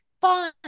fun